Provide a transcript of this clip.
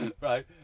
Right